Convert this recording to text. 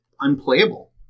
unplayable